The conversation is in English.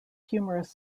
humorous